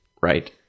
Right